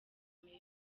mugore